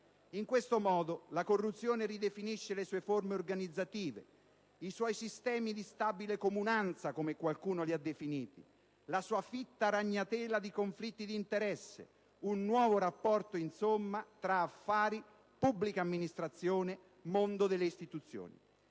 In questo modo la corruzione ridefinisce le sue forme organizzative, i suoi sistemi di stabile comunanza, come qualcuno li ha definiti, la sua fitta ragnatela di conflitti di interesse, un nuovo rapporto insomma tra affari, pubblica amministrazione e mondo delle istituzioni.